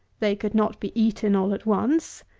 they could not be eaten all at once.